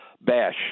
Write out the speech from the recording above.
Bash